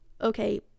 Okay